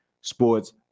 Sports